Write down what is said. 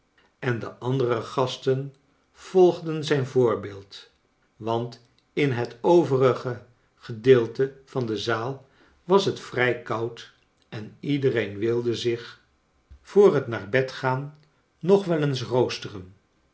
en de and ere gasten volgden zijn voorbeeld want in hot ovei ige gcdeelte van de zaal was het vrij koud en icdcreen wilde zich voor kleine dorpjt het naar bed gaan nag wel eens roosteren